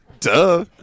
Duh